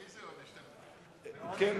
כן,